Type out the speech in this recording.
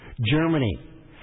Germany